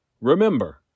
Remember